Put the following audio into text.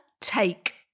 Take